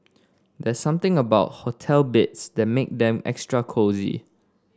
there's something about hotel beds that make them extra cosy